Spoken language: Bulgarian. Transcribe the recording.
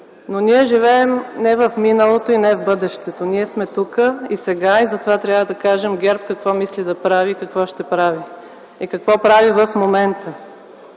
Но ние живеем не в миналото, и не в бъдещето, ние сме тук, и сега, и затова трябва да кажем ГЕРБ какво мисли да прави и какво ще прави, и какво прави в момента.